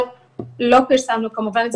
לא פרסמנו את זה כמובן,